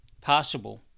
possible